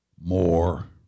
more